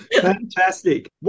Fantastic